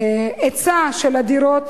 בהיצע של הדירות,